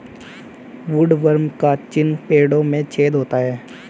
woodworm का चिन्ह पेड़ों में छेद होता है